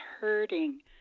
hurting